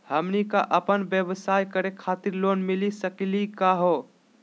हमनी क अपन व्यवसाय करै खातिर लोन मिली सकली का हो?